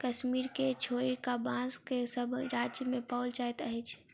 कश्मीर के छोइड़ क, बांस भारत के सभ राज्य मे पाओल जाइत अछि